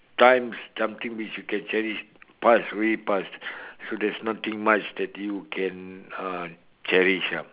times something which you can cherish past really past so there's nothing much that you can uh cherish ah